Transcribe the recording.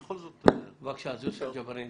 בבקשה, יוסף ג'בארין.